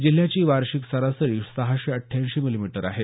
जिल्ह्याची वार्षिक सरासरी सहाशे अठ्ठ्यांऐंशी मिली मीटर आहे